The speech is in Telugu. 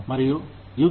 మరియు యు